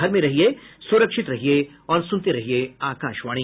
घर में रहिये सुरक्षित रहिये और सुनते रहिये आकाशवाणी